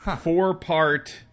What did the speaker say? four-part